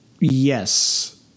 Yes